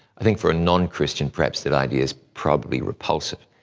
i think for a non-christian, perhaps that idea is probably repulsive.